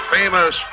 famous